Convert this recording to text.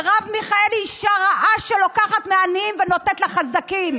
מרב מיכאלי היא אישה רעה שלוקחת מהעניים ונותנת לחזקים.